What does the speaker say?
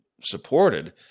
supported